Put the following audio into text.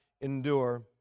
endure